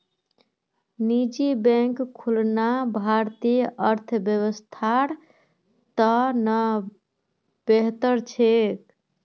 निजी बैंक खुलना भारतीय अर्थव्यवस्थार त न बेहतर छेक